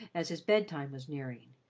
as his bed-time was nearing,